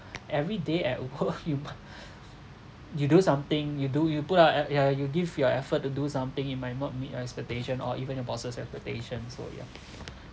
every day at work you you do something you do you put up uh yeah you give your effort to do something you might not meet your expectation or even your bosses expectations so ya